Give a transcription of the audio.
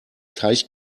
teich